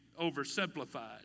oversimplified